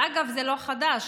אגב, זה לא חדש.